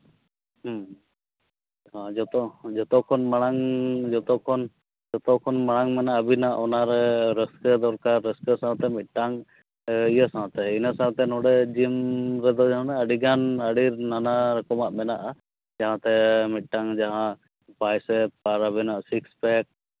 ᱦᱮᱸ ᱦᱳᱭ ᱡᱚᱛᱚ ᱡᱚᱛᱚ ᱠᱷᱚᱱ ᱢᱟᱲᱟᱝ ᱡᱚᱛᱚ ᱠᱷᱚᱱ ᱡᱚᱛᱚ ᱠᱷᱚᱱ ᱢᱟᱲᱟᱝ ᱢᱟᱱᱮ ᱟᱹᱵᱤᱱᱟᱜ ᱚᱱᱟ ᱨᱟᱹᱥᱠᱟᱹ ᱫᱚᱨᱠᱟᱨ ᱨᱟᱹᱥᱠᱟᱹ ᱥᱟᱶᱛᱮ ᱢᱤᱫᱴᱟᱝ ᱤᱱᱟᱹ ᱥᱟᱶᱛᱮ ᱱᱚᱰᱮ ᱡᱤᱢ ᱨᱮᱫᱚ ᱟᱹᱰᱤᱜᱟᱱ ᱟᱹᱰᱤ ᱱᱟᱱᱟ ᱨᱚᱠᱚᱢᱟᱜ ᱢᱮᱱᱟᱜᱼᱟ ᱡᱟᱦᱟᱸ ᱛᱮ ᱢᱤᱫᱴᱟᱝ ᱡᱟᱦᱟᱸ ᱟᱨ ᱟᱹᱵᱤᱱᱟᱜ ᱥᱤᱠᱥ ᱯᱮᱠ